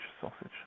sausage